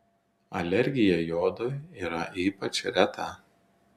alergija jodui yra ypač reta